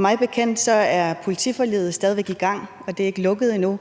Mig bekendt er politiforliget stadig væk i gang, og det er ikke lukket endnu.